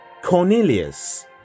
Cornelius